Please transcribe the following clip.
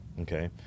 Okay